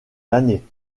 l’année